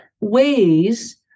ways